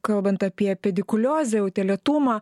kalbant apie pedikuliozę utėlėtumą